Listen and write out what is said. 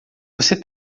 você